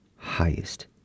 highest